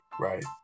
Right